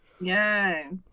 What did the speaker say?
Yes